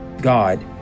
God